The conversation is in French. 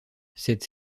cette